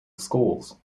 schools